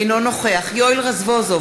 אינו נוכח יואל רזבוזוב,